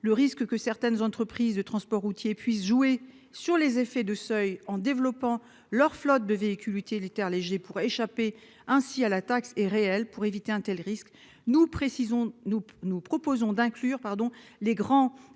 le risque que certaines entreprises de transport routier puisse jouer sur les effets de seuil en développant leur flotte de véhicules utilitaires légers pour échapper ainsi à la taxe est réel pour éviter un tel risque. Nous précisons, nous, nous proposons